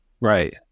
Right